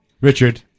Richard